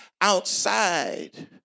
outside